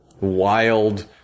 wild